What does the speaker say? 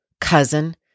Cousin